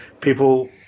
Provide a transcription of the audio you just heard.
people